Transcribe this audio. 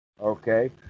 Okay